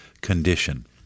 condition